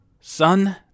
Son